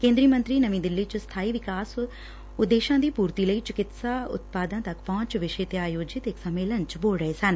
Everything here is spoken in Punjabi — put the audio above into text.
ਕੇਂਦਰੀ ਮੰਤਰੀ ਨਵੀਂ ਦਿੱਲੀ ਚ ਸਥਾਈ ਵਿਕਾਸ ਉਦੇਸ਼ਾਂ ਦੀ ਪੁਰਤੀ ਲਈ ਚਿਕਿਤਸਾ ਉਤਪਾਦਾਂ ਤੱਕ ਪਹੁੰਚ ਵਿਸ਼ੇ ਤੇ ਆਯੋਜਿਤ ਇਕ ਸੰਮੇਲਨ ਚ ਬੋਲ ਰਹੇ ਸਨ